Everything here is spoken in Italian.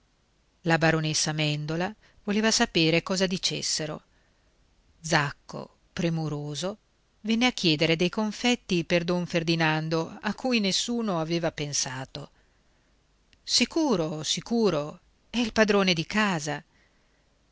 la baronessa mèndola voleva sapere cosa dicessero zacco premuroso venne a chiedere dei confetti per don ferdinando a cui nessuno aveva pensato sicuro sicuro è il padrone di casa